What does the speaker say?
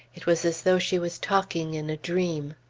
it was as though she was talking in a dream.